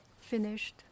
Finished